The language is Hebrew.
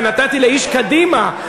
ונתתי לאיש קדימה,